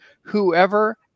Whoever